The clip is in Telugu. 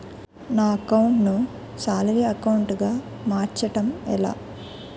నా అకౌంట్ ను సాలరీ అకౌంట్ గా మార్చటం ఎలా?